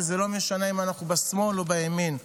ולא משנה אם אנחנו בשמאל או בימין.